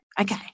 Okay